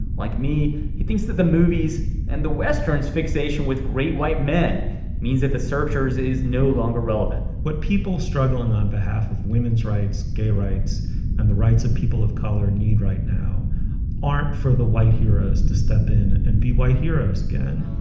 like me he thinks that the movies and the westerns fixation with great white men means that the searchers is no longer relevant. what people struggling on behalf of women's rights gay rights and the rights of people of color need right now aren't for the white heroes to step in and be white heroes again